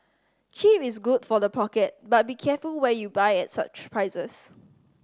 cheap is good for the pocket but be careful where you buy at such prices